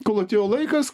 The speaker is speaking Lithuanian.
kol atėjo laikas